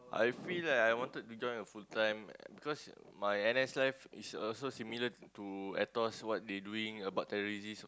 I feel that I wanted to join a full time because my N_S life is also similar to Aetos what they doing about terrorist